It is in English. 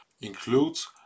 includes